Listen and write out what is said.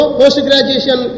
post-graduation